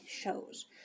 shows